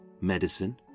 medicine